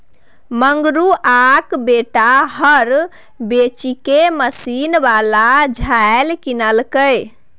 मंगरुआक बेटा हर बेचिकए मशीन बला झालि किनलकै